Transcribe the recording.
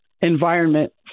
environment